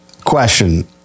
Question